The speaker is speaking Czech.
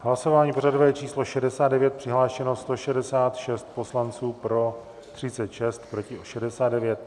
Hlasování pořadové číslo 69, přihlášeno 166 poslanců, pro 36, proti 69.